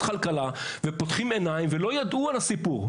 כלכלה ופותחים עיניים ולא ידעו על הסיפור.